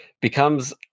Becomes